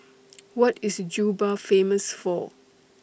What IS Juba Famous For